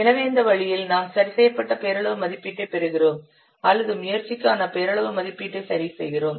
எனவே இந்த வழியில் நாம் சரிசெய்யப்பட்ட பெயரளவு மதிப்பீட்டைப் பெறுகிறோம் அல்லது முயற்சிக்கான பெயரளவு மதிப்பீட்டை சரிசெய்கிறோம்